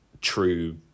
true